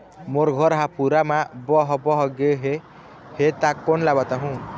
मोर घर हा पूरा मा बह बह गे हे हे ता कोन ला बताहुं?